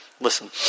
listen